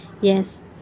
yes